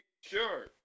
Sure